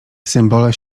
symbole